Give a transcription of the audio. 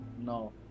No